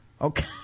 okay